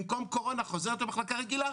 במקום קורונה חוזרת למחלקה רגילה,